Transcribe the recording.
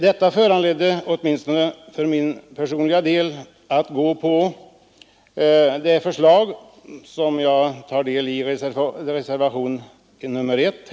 Detta har föranlett åtminstone mig personligen att gå på det förslag som vi lägger fram i reservationen 1.